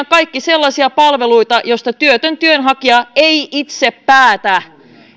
kaikki sellaisia palveluita joista työtön työnhakija ei itse päätä